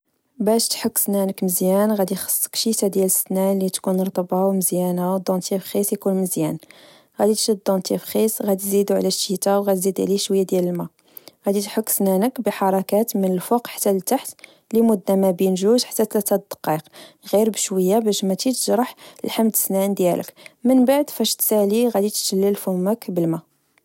باش تحك سنانك وزيان غدي خصك شيتا ديال السنان لتكون رطبة ومزيانة ودونتيفخيس يكون مزيان، غدي تشد دونتيفخيس غتزيدو على الشيتا وغدي تزيد عليه شويا ديال الما، غدي تحك سنانك بحركات من الفوق حتى التحت لمدة مابين جوج حتى تلاتة الدقايق، غير بشوية باش مشي تجرح لحم سنان ديالك، من بعد فاش تسالي غدي تشلل فمك بالما